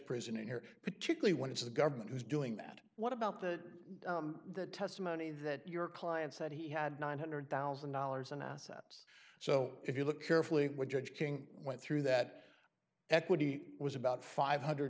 prison in here particularly when it's the government who's doing that what about the the testimony that your client said he had nine hundred thousand dollars in assets so if you look carefully at what judge king went through that equity was about five hundred